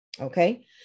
okay